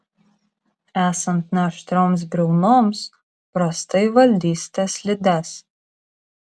esant neaštrioms briaunoms prastai valdysite slides